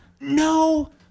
No